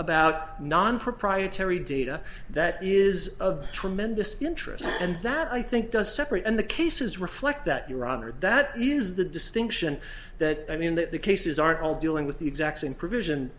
about nonproprietary data that is of tremendous interest and that i think does separate and the cases reflect that your honor that is the distinction that i mean that the cases aren't all dealing with the exact same provision